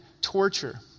torture